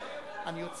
צועקת?